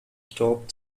top